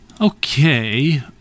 Okay